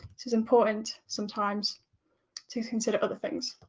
it's it's important sometimes to consider other things.